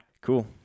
cool